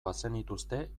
bazenituzte